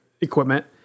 equipment